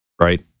right